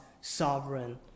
sovereign